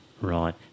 Right